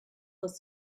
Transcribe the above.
was